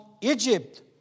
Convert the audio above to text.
Egypt